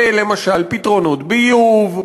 למשל פתרונות ביוב,